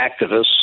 activists